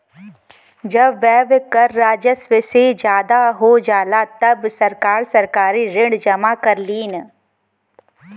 जब व्यय कर राजस्व से ज्यादा हो जाला तब सरकार सरकारी ऋण जमा करलीन